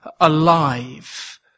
alive